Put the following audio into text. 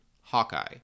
Hawkeye